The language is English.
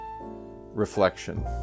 reflection